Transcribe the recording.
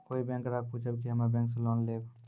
कोई बैंक ग्राहक पुछेब की हम्मे बैंक से लोन लेबऽ?